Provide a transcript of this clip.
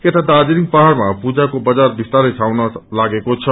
याता दार्जीलिङ पहाड़मा पूजाको बजार विस्तारै छाउन लागेको छ